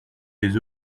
des